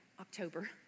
October